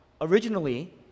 originally